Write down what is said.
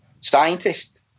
Scientist